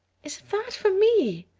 is that for me?